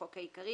החוק העיקרי),